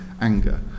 anger